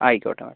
ആയിക്കോട്ടെ മാഡം